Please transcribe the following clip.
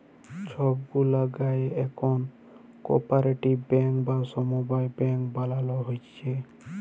ছব গুলা গায়েঁ এখল কপারেটিভ ব্যাংক বা সমবায় ব্যাংক বালালো হ্যয়েছে